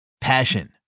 Passion